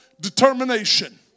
determination